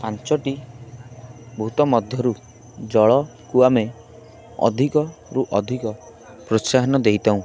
ପାଞ୍ଚଟି ଭୂତ ମଧ୍ୟରୁ ଜଳକୁ ଆମେ ଅଧିକରୁ ଅଧିକ ପ୍ରୋତ୍ସାହନ ଦେଇଥାଉଁ